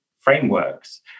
frameworks